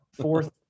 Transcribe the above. fourth